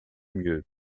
mieux